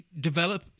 Develop